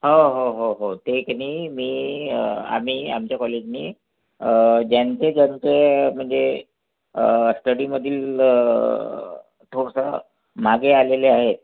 हो हो हो हो ते की नाही मी आम्ही आमच्या कॉलेजनी ज्यांचे ज्यांचे म्हणजे स्टडीमधील थोडंसं मागे आलेले आहेत